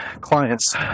clients